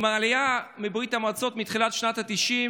עם העלייה מברית המועצות מתחילת שנות התשעים